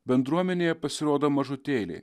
bendruomenė jepasirodo mažutėliai